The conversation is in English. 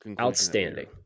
outstanding